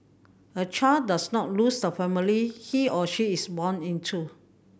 a child does not lose the family he or she is born into